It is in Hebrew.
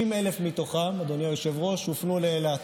60,000 מתוכם, אדוני היושב-ראש, הופנו לאילת.